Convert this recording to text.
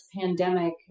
pandemic